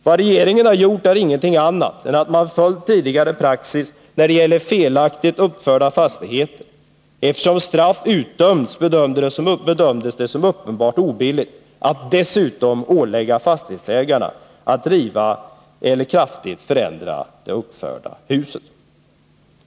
Vad regering en gjort är ingenting annat än att man följt tidigare praxis när det gäller Nr 145 felaktigt uppförda fastigheter. Eftersom straff utdömts bedömdes det som Onsdagen den uppenbart obilligt att dessutom ålägga fastighetsägaren att riva eller kraftigt 20 maj 1981 förändra det uppförda huset.